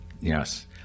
Yes